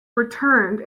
returned